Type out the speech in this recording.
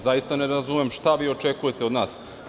Zaista ne razumem šta vi očekujete od nas?